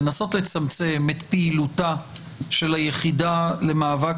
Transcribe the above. לנסות לצמצם את פעילותה של היחידה למאבק